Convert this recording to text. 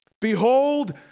behold